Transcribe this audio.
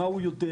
מה הוא יודע,